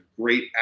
great